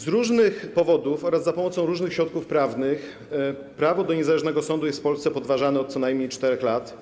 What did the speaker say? Z różnych powodów oraz za pomocą różnych środków prawnych prawo do niezależnego sądu jest w Polsce podważane co najmniej od 4 lat.